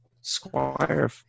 Squire